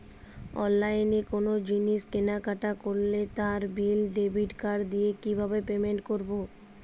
অনলাইনে কোনো জিনিস কেনাকাটা করলে তার বিল ডেবিট কার্ড দিয়ে কিভাবে পেমেন্ট করবো?